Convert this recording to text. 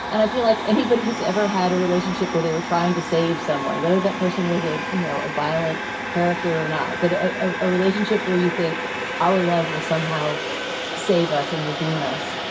and i feel like anybody who's ever had a relationship where they were trying to save someone, whether that person was a, you know, a violent character or not, that a a relationship where you think our love will somehow save us and redeem us,